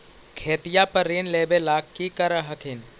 खेतिया पर ऋण लेबे ला की कर हखिन?